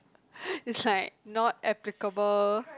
it's like not applicable